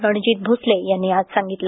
रणजित भोसले यांनी आज सांगितलं